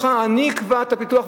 אני אקבע את הפיתוח,